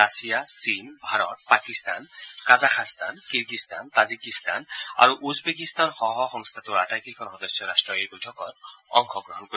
Russia চীন Bharat Pakistan Kazakhstan Kyrgyzstan Tajikistan আৰু উজবেকিস্তানসহ সংস্থাটোৰ আটাইকেইখন সদস্য ৰাষ্টই এই বৈঠকত অংশগ্ৰহণ কৰিব